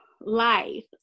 life